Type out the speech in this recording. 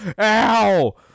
ow